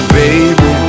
baby